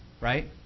right